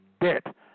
debt